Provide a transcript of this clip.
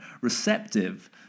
receptive